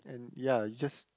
and ya it just